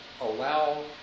allow